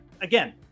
again